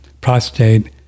prostate